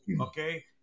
Okay